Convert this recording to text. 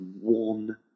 one